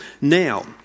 Now